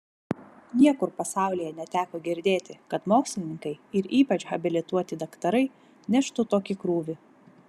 niekur pasaulyje neteko girdėti kad mokslininkai ir ypač habilituoti daktarai neštų tokį krūvį